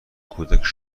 کودک